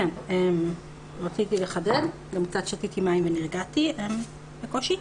כן, רציתי לחדד וגם שתיתי מים ונרגעתי רק בקושי.